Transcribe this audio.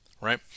Right